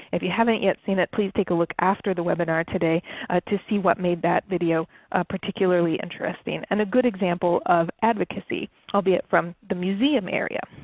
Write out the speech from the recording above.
if you haven't yet seen it, please take a look after the webinar today to see what made that video particularly interesting, and a good example of advocacy, albeit from the museum area.